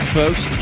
folks